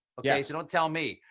okay. so don't tell me.